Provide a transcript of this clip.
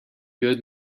good